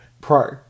pro